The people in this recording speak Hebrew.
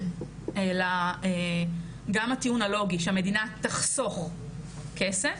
אלא גם הטיעון הלוגי שהמדינה תחסוך כסף.